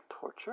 torture